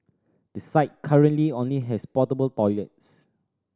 the site currently only has portable toilets